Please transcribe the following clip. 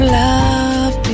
love